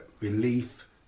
relief